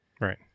Right